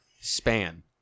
span